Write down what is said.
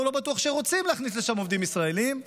ולא בטוח שאנחנו רוצים להכניס לשם עובדים ישראלים,